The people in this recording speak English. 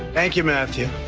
thank you, matthew.